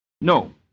No